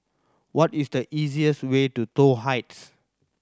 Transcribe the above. what is the easiest way to Toh Heights